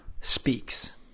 speaks